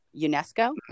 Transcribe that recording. UNESCO